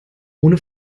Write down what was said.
ohne